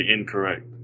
incorrect